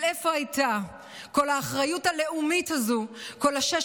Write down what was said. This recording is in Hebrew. אבל איפה הייתה כל האחריות הלאומית הזו בכל 16